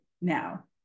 now